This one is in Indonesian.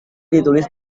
ditulis